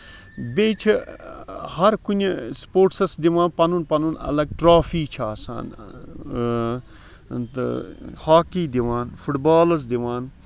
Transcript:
بیٚیہِ چھِ ہر کُنہِ سُپوٹسس دِوان پَنُن پَنُن اَلگ ٹرافی چھِ آسان تہٕ ہاکی دِوان فُٹ بالٕز دِوان